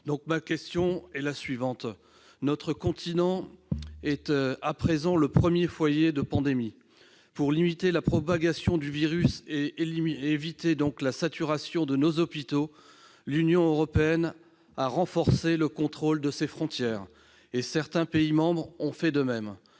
complètes du Gouvernement. Notre continent est à présent le premier foyer de la pandémie. Pour limiter la propagation du virus et éviter la saturation de nos hôpitaux, l'Union européenne a renforcé le contrôle de ses frontières, et certains pays membres ont fait de même.